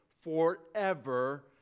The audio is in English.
forever